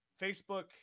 facebook